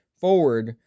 forward